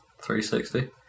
360